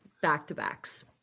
back-to-backs